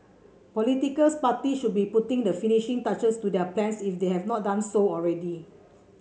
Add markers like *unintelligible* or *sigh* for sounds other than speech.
political *unintelligible* party should be putting the finishing touches to their plans if they have not done so already